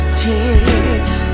tears